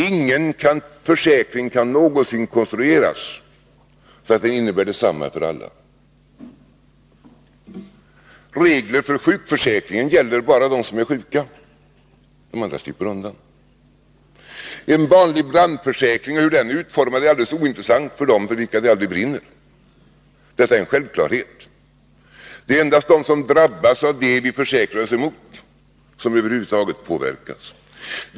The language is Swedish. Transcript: Ingen försäkring kan någonsin konstrueras så att den innebär detsamma för alla. Regler för sjukförsäkringen gäller bara dem som är sjuka. De andra slipper undan. Hur en vanlig brandförsäkring är utformad är alldeles ointressant för dem det aldrig brinner hos. Detta är en självklarhet. Det är endast de som drabbas av det vi försäkrar oss emot som över huvud taget påverkas.